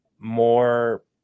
more